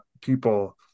people